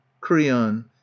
Creon